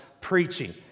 preaching